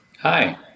Hi